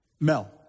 Mel